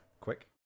Quick